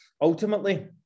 Ultimately